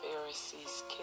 Pharisees